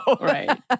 Right